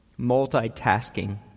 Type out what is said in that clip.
multitasking